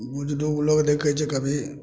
बुजर्ग लोक देखै छै कभी